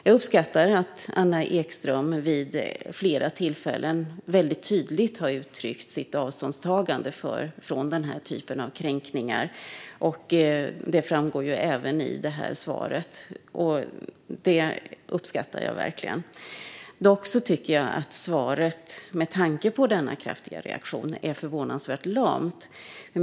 Jag uppskattar att Anna Ekström vid flera tillfällen väldigt tydligt har uttryckt sitt avståndstagande från den här typen av kränkningar, och det framgår även i det här svaret. Det uppskattar jag verkligen. Dock tycker jag att svaret med tanke på denna kraftiga reaktion är förvånansvärt lamt.